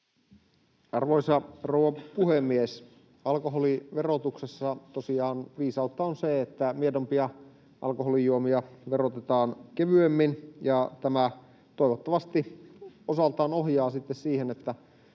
Arvoisa rouva puhemies! Tosiaan alkoholiverotuksessa viisautta on se, että miedompia alkoholijuomia verotetaan kevyemmin, ja tämä toivottavasti osaltaan ohjaa sitten siihen, että